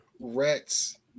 rats